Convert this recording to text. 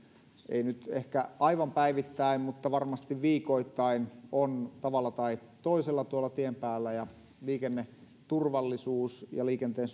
ei nyt ehkä aivan päivittäin mutta varmasti viikoittain on tavalla tai toisella tien päällä ja liikenneturvallisuus ja liikenteen